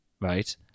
right